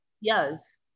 yes